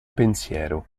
pensiero